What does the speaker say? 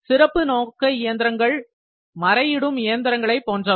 சிறப்பு நோக்க இயந்திரங்கள் மரை இடும் இயந்திரங்களை போன்றவை